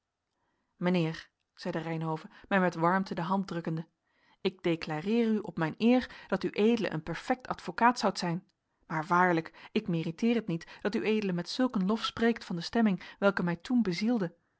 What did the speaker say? mijnheer zeide reynhove mij met warmte de hand drukkende ik declareer u op mijn eer dat ued een perfect advocaat zoudt zijn maar waarlijk ik meriteer niet dat ued met zulken lof spreekt van de stemming welke mij toen bezielde